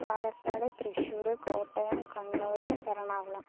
Palakkad Thrissur Kottayam Kannur Ernakulam